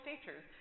teachers